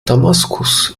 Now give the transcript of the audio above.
damaskus